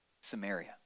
Samaria